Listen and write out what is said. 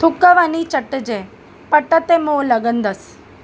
थूक वञी चटजंइ पट ते मुंहुं लॻंदसि